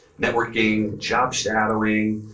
networking, job shadowing,